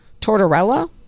Tortorella